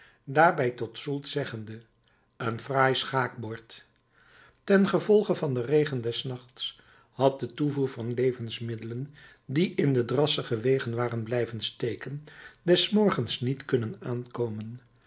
daarbij tot soult zeggende een fraai schaakbord ten gevolge van den regen des nachts had de toevoer van levensmiddelen die in de drassige wegen waren blijven steken des morgens niet kunnen aankomen